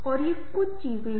फिर सुरक्षा का मुद्दा आता है